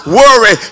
worry